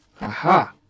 Aha